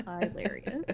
hilarious